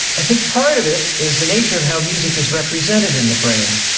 i think part of it is the nature of how music is represented in the brain.